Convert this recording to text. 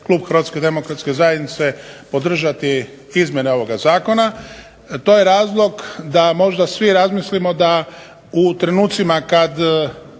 klub HDZ-a podržati izmjene ovoga zakona. To je razlog da možda svi razmislimo da u trenucima kad